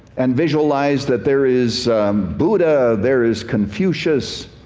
and visualize that there is buddha, there is confucius,